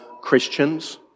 Christians